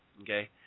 okay